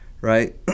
Right